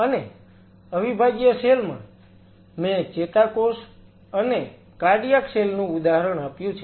અને અવિભાજ્ય સેલ માં મેં ચેતાકોષ અને કાર્ડિયાક સેલ નું ઉદાહરણ આપ્યું છે